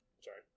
Sorry